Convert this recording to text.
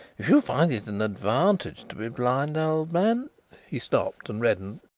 if you find it an advantage to be blind, old man he stopped and reddened.